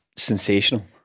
sensational